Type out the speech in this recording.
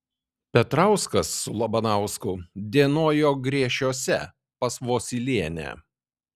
petrauskas su labanausku dienojo griešiuose pas vosylienę